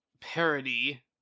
parody